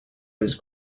was